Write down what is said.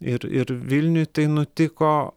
ir ir vilniui tai nutiko